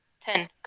ten